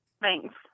Thanks